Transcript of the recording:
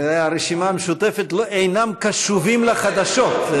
ברשימה המשותפת לא קשובים לחדשות.